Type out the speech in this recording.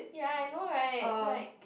ya I know right like